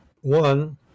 One